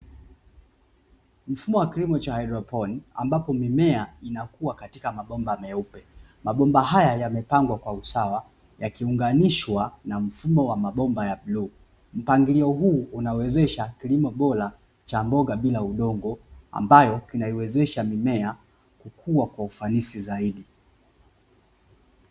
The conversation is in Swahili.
Mfumo wa kilimo cha haidroponi ambapo mimea inakua katika mabomba meupe, mabomba haya yamepangwa kwa usawa yakiunganishwa na mfumo wa mabomba ya bluu mpangilio huu unawezesha kilimo bora cha mboga bila udongo ambayo kinaiwezesha mmea kukua kwa ufanisi zaidi.